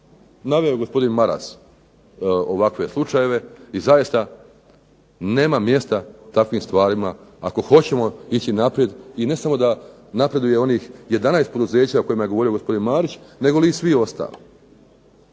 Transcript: Naveo gospodin Maras ovakve slučajeve i zaista nema mjesta ovakvim stvarima ako hoćemo ići naprijed. I ne samo da napreduje onih 11 poduzeća o kojima je govorio gospodin Marić nego i svi ostali.